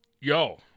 Yo